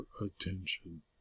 attention